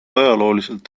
ajalooliselt